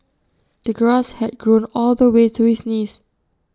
the grass had grown all the way to his knees